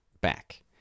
back